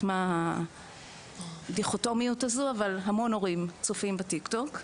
מה הדיכוטומיות הזו אבל המון הורים צופים ב- Tik-Tok,